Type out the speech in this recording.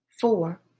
four